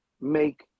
make